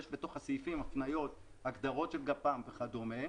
בתוך הסעיפים יש הפניות והגדרות של גפ"ם וכדומה,